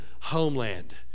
homeland